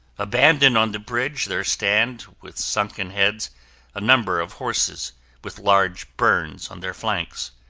abandoned on the bridge, there stand with sunken heads a number of horses with large burns on their flanks.